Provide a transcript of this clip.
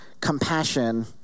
compassion